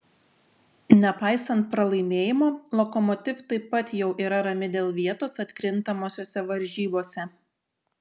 nepaisant pralaimėjimo lokomotiv taip pat jau yra rami dėl vietos atkrintamosiose varžybose